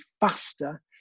faster